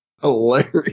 hilarious